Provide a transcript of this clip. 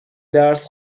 درس